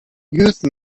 youth